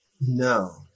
no